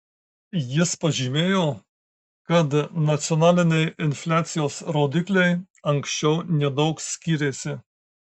jis pažymėjo kad nacionaliniai infliacijos rodikliai anksčiau nedaug skyrėsi